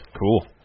Cool